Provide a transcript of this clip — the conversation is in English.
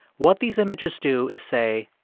what these images do is say,